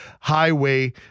highway